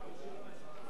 חברי חברי הכנסת,